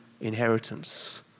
inheritance